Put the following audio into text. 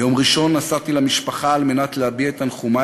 ביום ראשון נסעתי למשפחה על מנת להביע את תנחומי